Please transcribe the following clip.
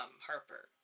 Harper